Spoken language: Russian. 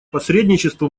посредничество